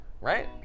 Right